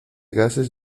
cases